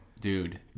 dude